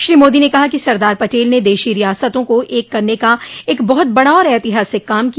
श्री मोदी ने कहा कि सरदार पटेल ने देशो रियासतों को एक करने का एक बहुत बड़ा और ऐतिहासिक काम किया